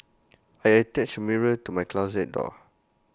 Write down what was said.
I attached A mirror to my closet door